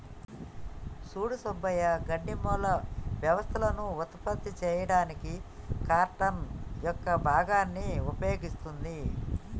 సూడు సుబ్బయ్య గడ్డి మూల వ్యవస్థలను ఉత్పత్తి చేయడానికి కార్టన్ యొక్క భాగాన్ని ఉపయోగిస్తుంది